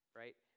right